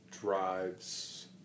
drives